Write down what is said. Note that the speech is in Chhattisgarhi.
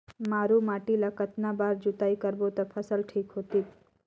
मारू माटी ला कतना बार जुताई करबो ता फसल ठीक होती?